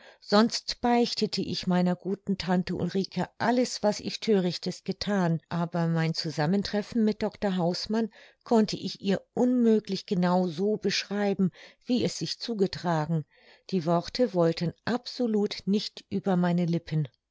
sonst beichtete ich meiner guten tante ulrike alles was ich thörichtes gethan aber mein zusammtreffen mit dr hausmann konnte ich ihr unmöglich genau so beschreiben wie es sich zugetragen die worte wollten absolut nicht über meine lippen